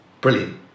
Brilliant